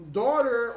daughter